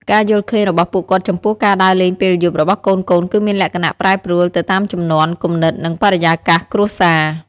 ការយល់ឃើញរបស់ពួកគាត់ចំពោះការដើរលេងពេលយប់របស់កូនៗ គឺមានលក្ខណៈ ប្រែប្រួល ទៅតាមជំនាន់ គំនិត និងបរិយាកាសគ្រួសារ ។